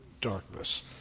darkness